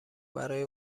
برای